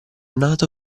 nato